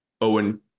Owen